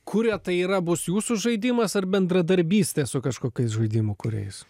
kuriat tai yra bus jūsų žaidimas ar bendradarbystė su kažkokiais žaidimų kūrėjais